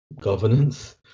governance